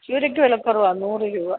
ചൂരക്ക് വില കുറവാണ് നൂറ് രൂപ